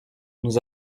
nous